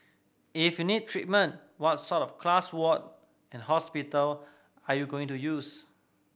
if you need treatment what sort of class ward and hospital are you going to use